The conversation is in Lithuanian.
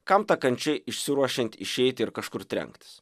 kam ta kančia išsiruošiant išeiti ir kažkur trenktis